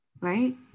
right